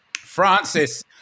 francis